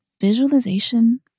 visualization